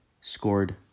scored